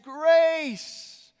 grace